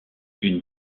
une